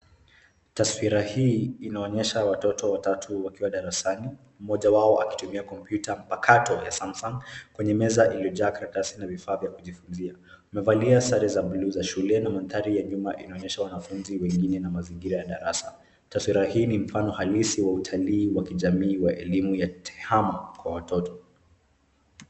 Taswira hii inaonyesha watoto watatu wakiwa darasani, mmoja wao akitumia komputa mpakato ya Samsung ,kwenye meza iliyojaa karatasi na vifaa vya kujifunziia. Amevalia sare za blue za shule na mandhari ya nyuma inaonyesha wanafunzi wengine na mazingira ya darasa. Taswira hii ni mfano halisi wa utalii wa kijamii wa Elihu ya tehama kwa watoto.